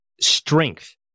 strength